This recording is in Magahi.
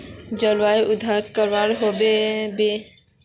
जलवायु अध्यन करवा होबे बे?